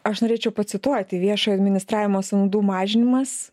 aš norėčiau pacituoti viešojo administravimo sąnaudų mažinimas